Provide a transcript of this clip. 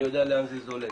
אני יודע לאן זה זולג.